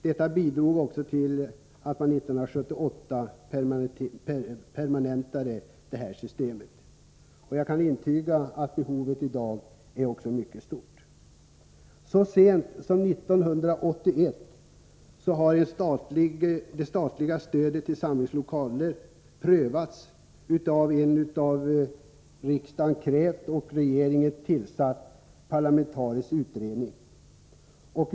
Detta bidrag har sedan 1978 permanentats. Jag kan intyga att behovet även i dag är mycket stort. Så sent som 1981 har det statliga stödet till samlingslokaler prövats av en av riksdagen krävd och av regeringen tillsatt parlamentarisk utredning.